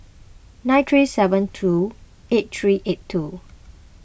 nine three seven two eight three eight two